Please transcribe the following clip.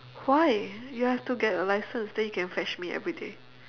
why you have to get a license then you can fetch me everyday